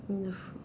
in a food